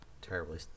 Terribly